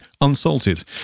unsalted